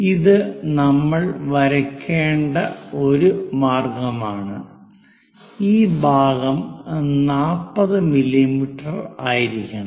അത് നമ്മൾ വരയ്ക്കേണ്ട ഒരു മാർഗമാണ് ഈ ഭാഗം 40 മില്ലീമീറ്ററായിരിക്കണം